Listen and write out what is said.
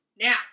Now